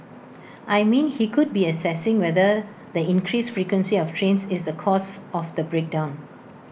I mean he could be assessing whether the increased frequency of trains is the cause of the break down